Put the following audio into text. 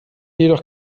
jedoch